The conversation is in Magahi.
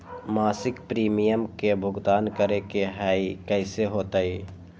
मासिक प्रीमियम के भुगतान करे के हई कैसे होतई?